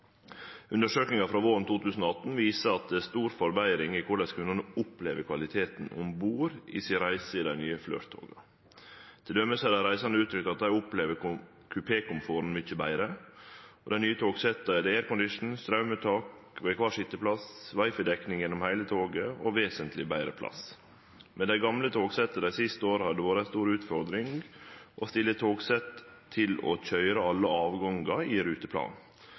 Undersøkinga våren 2018 viser at det er ei stor forbetring i korleis kundane opplever kvaliteten om bord i reisene sine i dei nye Flirt-toga. Til dømes har dei reisande uttrykt at dei opplever at kupékomforten er mykje betre. Dei nye togsetta har aircondition, straumuttak til kvar sitjeplass, wi-fi-dekning gjennom heile toget og vesentleg betre plass. Med dei gamle togsetta har det dei siste åra vore ei utfordring å stille togsett til å køyre alle avgangar i